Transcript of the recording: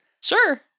Sure